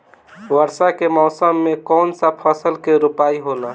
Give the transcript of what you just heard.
वर्षा के मौसम में कौन सा फसल के रोपाई होला?